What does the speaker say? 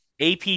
AP